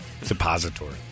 depository